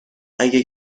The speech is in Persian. اگه